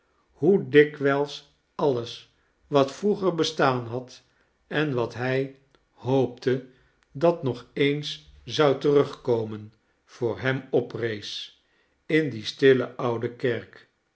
hoe dikwijls alles wat vroeger bestaan had en wat hij hoopte dat nog eens zou terugkomen voor hem oprees in die stille oude kerk